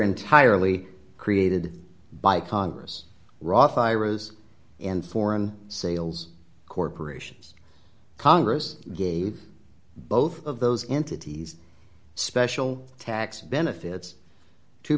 entirely created by congress roth iras and foreign sales corporations congress gave both of those entities special tax benefits to